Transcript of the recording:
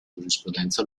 giurisprudenza